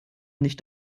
nicht